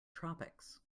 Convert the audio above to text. tropics